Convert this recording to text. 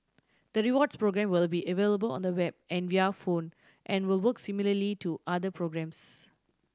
the rewards program will be available on the web and via phone and will work similarly to other programs